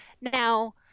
Now